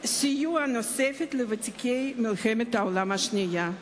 סיוע נוסף לוותיקי מלחמת העולם השנייה.